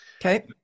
Okay